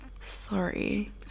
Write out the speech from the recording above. sorry